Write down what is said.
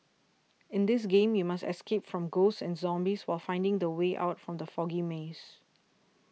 in this game you must escape from ghosts and zombies while finding the way out from the foggy maze